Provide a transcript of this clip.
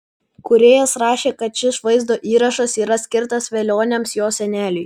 kūrėjas rašė kad šis vaizdo įrašas yra skirtas velioniams jo seneliui